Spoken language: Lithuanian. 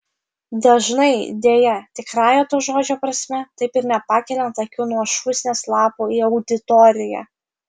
dažnai deja tikrąja to žodžio prasme taip ir nepakeliant akių nuo šūsnies lapų į auditoriją